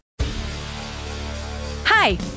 Hi